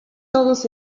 todos